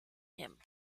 him